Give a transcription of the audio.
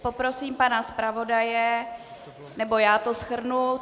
Poprosím pana zpravodaje nebo já to shrnu.